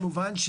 כמובן,